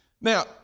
Now